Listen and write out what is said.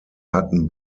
hatten